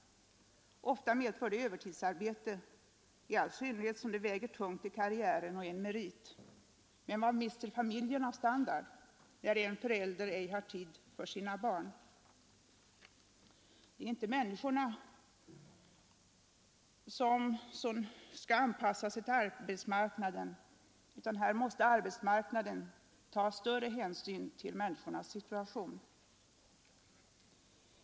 Ofta medför det övertidsarbete, i all synnerhet som sådant är en merit och väger tungt i karriären. Men vad mister familjen av standard när en förälder inte har tid för sina barn? Det är inte människorna som skall anpassa sig till arbetsmarknaden, utan arbetsmarknaden måste ta större hänsyn till människornas situation.